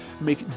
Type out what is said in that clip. make